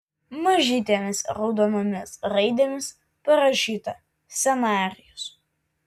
mažytėmis raudonomis raidėmis parašyta scenarijus